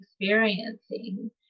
experiencing